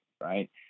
Right